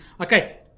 okay